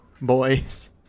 boys